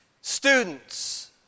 students